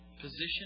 Position